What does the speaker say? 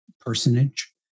personage